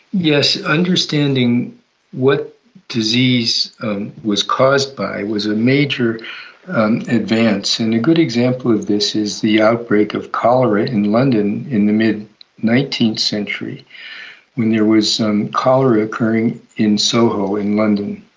yes, understanding what disease was caused by was a major advance, and a good example of this is the outbreak of cholera in london in the mid nineteenth century when there was um cholera occurring in soho in london.